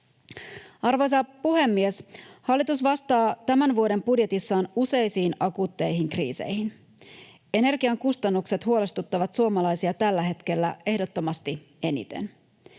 Arvoisa puhemies! Hallitus vastaa tämän vuoden budjetissaan useisiin akuutteihin kriiseihin. Energian kustannukset huolestuttavat suomalaisia tällä hetkellä ehdottomasti eniten.